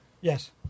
yes